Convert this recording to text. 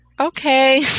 Okay